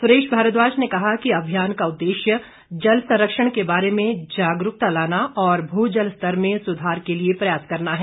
सुरेश भारद्वाज ने कहा कि अभियान का उद्देश्य जल संरक्षण के बारे में जागरूकता लाना और भू जल स्तर में सुधार के लिए प्रयास करना है